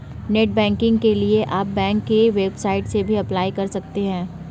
net banking के लिए आप बैंक की वेबसाइट से भी अप्लाई कर सकते है